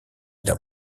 d’un